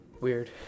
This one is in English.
weird